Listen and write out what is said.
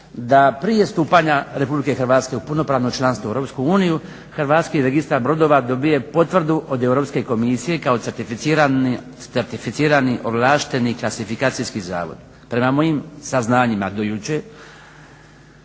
da prije stupanja Republike Hrvatske u punopravno članstvo u Europsku uniju Hrvatski registar brodova dobije potvrdu od Europske komisije kao certificirani, ovlašteni klasifikacijski zavod. Prema mojim saznanjima do jučer